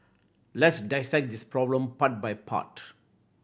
let's dissect this problem part by part